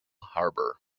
harbor